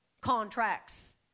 contracts